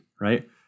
right